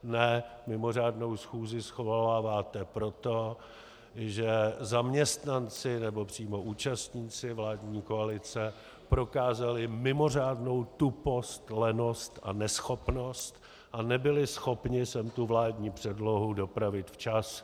Ne, mimořádnou schůzi svoláváte proto, že zaměstnanci nebo přímo účastníci vládní koalice prokázali mimořádnou tupost, lenost a neschopnost a nebyli schopni sem tu vládní předlohu dopravit včas.